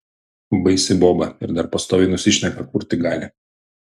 baisi boba ir dar pastoviai nusišneka kur tik gali